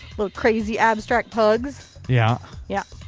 little crazy abstract pugs. yeah. yep.